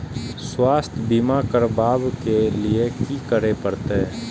स्वास्थ्य बीमा करबाब के लीये की करै परतै?